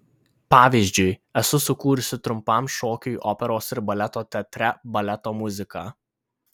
pavyzdžiui esu sukūrusi trumpam šokiui operos ir baleto teatre baleto muziką